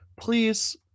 please